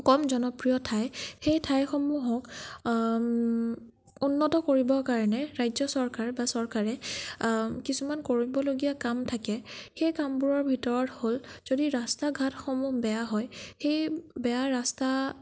কম জনপ্ৰিয় ঠাই সেই ঠাইসমূহক উন্নত কৰিবৰ কাৰণে ৰাজ্য চৰকাৰ বা চৰকাৰে কিছুমান কৰিবলগীয়া কাম থাকে সেই কামবোৰৰ ভিতৰত হ'ল যদি ৰাস্তা ঘাটসমূহ বেয়া হয় সেই বেয়া ৰাস্তা